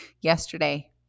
yesterday